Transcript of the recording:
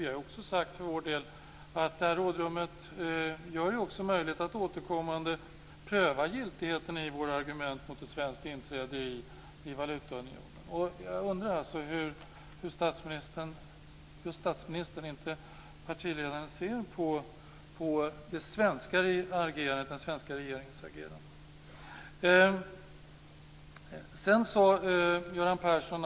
Vi har för vår del sagt att det här rådrummet också gör det möjligt att återkommande pröva giltigheten i våra argument mot ett svenskt inträde i valutaunionen. Jag undrar hur statsministern, inte partiledaren, ser på den svenska regeringens agerande.